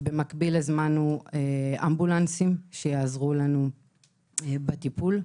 במקביל הזמנו אמבולנסים שיעזרו בטיפול.